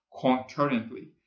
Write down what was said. concurrently